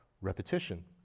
repetition